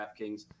DraftKings